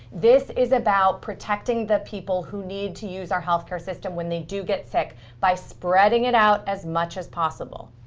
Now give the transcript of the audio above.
this is about protecting the people who need to use our health care system when they do get sick by spreading it out as much as possible.